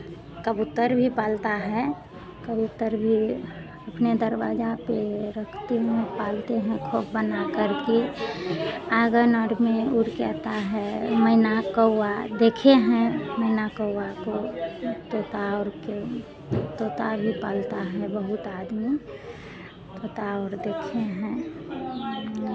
कबूतर भी पालता है कबूतर भी अपने दरवाजा पे रखते हैं पालते हैं खोप बनाकर के आँगन और में उड़ के आता है मैना कौआ देखे हैं मैना कौआ को तोता और के तोता भी पालता है बहुत आदमी तोता और देखे हैं